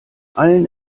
allen